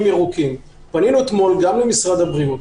ירוקים - פנינו אתמול גם למשרד הבריאות,